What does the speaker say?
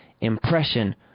impression